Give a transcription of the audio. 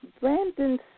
Brandon